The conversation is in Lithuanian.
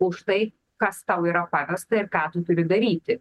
už tai kas tau yra pavesta ir ką tu turi daryti